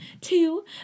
two